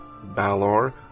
Balor